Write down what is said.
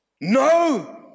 No